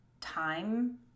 time